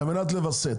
על מנת לווסת.